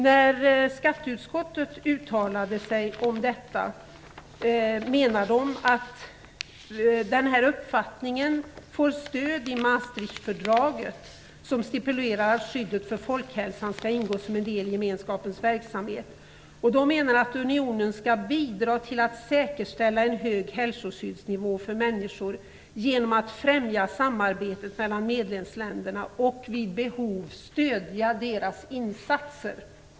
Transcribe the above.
När skatteutskottet uttalade sig om detta menade utskottet att denna uppfattning får stöd i Maastrichtfördraget, som stipulerar att skyddet för folkhälsan skall ingå som en del av gemenskapens verksamhet. Utskottet menar att unionen skall bidra till att säkerställa en hög hälsoskyddsnivå för människor genom att främja samarbetet mellan medlemsländerna och vid behov stödja deras insatser.